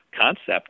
concept